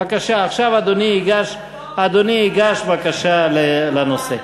בבקשה, עכשיו אדוני ייגש; אדוני ייגש בבקשה לנושא.